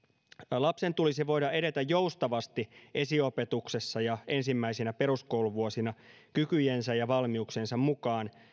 lapsen tulisi voida edetä joustavasti esiopetuksessa ja ensimmäisinä peruskouluvuosina kykyjensä ja valmiuksiensa mukaan